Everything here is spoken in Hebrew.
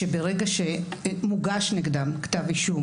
שברגע שמוגש נגדם כתב אישום,